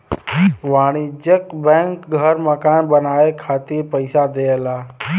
वाणिज्यिक बैंक घर मकान बनाये खातिर पइसा देवला